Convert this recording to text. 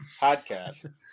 podcast